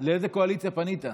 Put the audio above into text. לאיזו קואליציה פנית,